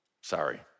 Sorry